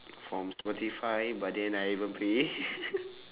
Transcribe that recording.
from spotify but then I haven't pay